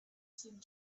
seemed